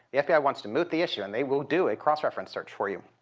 the fbi wants to moot the issue and they will do a cross-reference search for you.